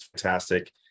fantastic